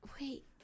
Wait